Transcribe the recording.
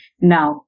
Now